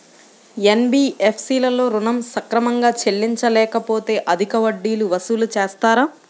NBFC లలో ఋణం సక్రమంగా చెల్లించలేకపోతె అధిక వడ్డీలు వసూలు చేస్తారా?